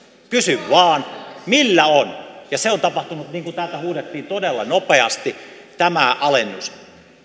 kysyn vaan millä on ja se on tapahtunut niin kuin täältä huudettiin todella nopeasti tämä alennus